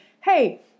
hey